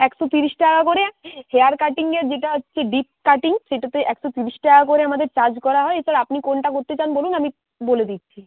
একশো তিরিশ টাকা করে হেয়ার কাটিং এর যেটা হচ্ছে ডিপ কাটিং সেটাতে একশো তিরিশ টাকা করে আমাদের চাজ করা হয় এছাড়া আপনি কোনটা চান বলুন আমি বলে দিচ্ছি